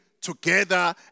together